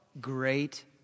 great